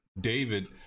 David